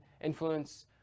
Influence